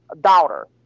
daughter